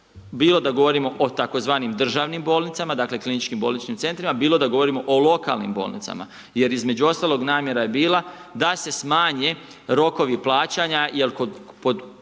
bilo da govorimo o tzv. državnim bolnicama, dakle, KBC-ima, bilo da govorimo o lokalnim bolnicama. Jer između ostaloga, namjera je bila da se smanje rokovi plaćanja jel kod pojedinih